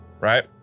right